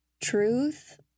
truth